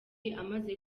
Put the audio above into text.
amaze